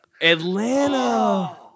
Atlanta